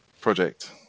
Project